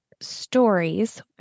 stories